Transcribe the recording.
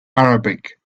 arabic